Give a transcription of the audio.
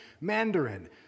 Mandarin